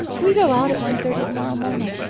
we go out at one-thirty to-morrow morning.